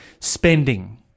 spending